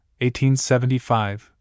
1875